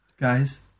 Guys